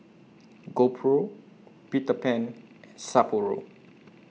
GoPro Peter Pan and Sapporo